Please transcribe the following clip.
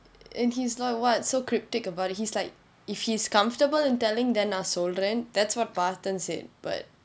and he's like what so cryptic about he's like if he's comfortable in telling then நான் சொல்றேன்:naan solren that's what parthen said but